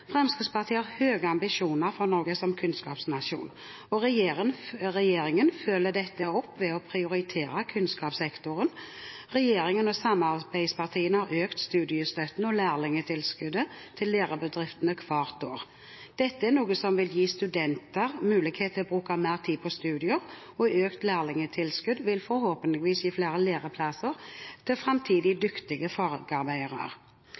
Fremskrittspartiet har høye ambisjoner for Norge som kunnskapsnasjon. Regjeringen følger dette opp ved å prioritere kunnskapssektoren. Regjeringen og samarbeidspartiene har økt studiestøtten og lærlingtilskuddet til lærebedriftene hvert år. Dette er noe som vil gi studenter mulighet til å bruke mer tid på studier, og økt lærlingtilskudd vil forhåpentligvis gi flere læreplasser til framtidige dyktige fagarbeidere.